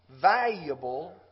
valuable